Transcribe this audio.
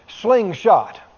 slingshot